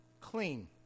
clean